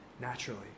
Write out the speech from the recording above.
naturally